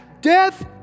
Death